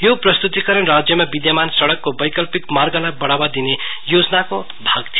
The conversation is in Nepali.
यो प्रस्तुतिकरण राज्यमा विधमान सड़कको वैउल्पिड मार्गलाई बढ़ावा दिने योजनाको भाग थियो